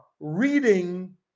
Reading